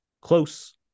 Close